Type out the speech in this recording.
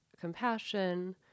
compassion